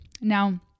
Now